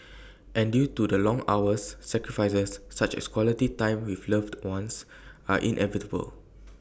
and due to the long hours sacrifices such as equality time with loved ones are inevitable